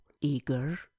eager